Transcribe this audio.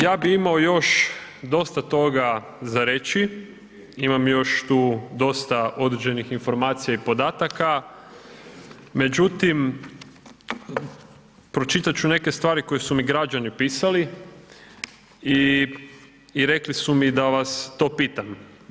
Ja bih imao još dosta toga za reći, imam još tu dosta određenih informacija i podataka, međutim pročitati ću neke stvari koje su mi građani pisali i rekli su mi da vas to pitam.